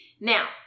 Now